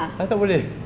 I tak boleh